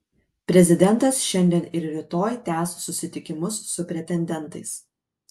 prezidentas šiandien ir rytoj tęs susitikimus su pretendentais